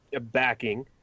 backing